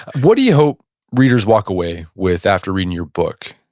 what do you hope readers walk away with after reading your book?